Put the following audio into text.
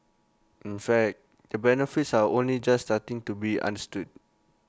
in fact the benefits are only just starting to be understood